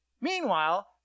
Meanwhile